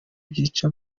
byica